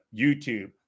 YouTube